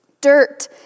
Dirt